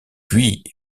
puis